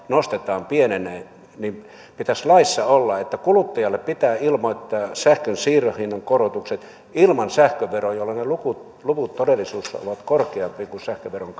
nostetaan pienenee laissa pitäisi olla että kuluttajalle pitää ilmoittaa sähkön siirtohinnan korotukset ilman sähköveroa jolloin ne luvut todellisuudessa ovat korkeammat kuin sähköveron